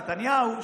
נתניהו,